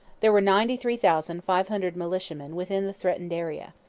there were ninety three thousand five hundred militiamen within the threatened area.